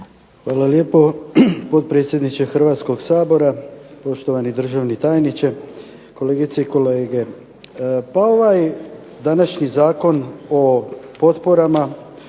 Hvala lijepo gospodine potpredsjedniče Hrvatskoga sabora, državni tajniče, kolegice i kolege. Pa ovaj današnji Zakon o potporama